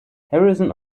harrison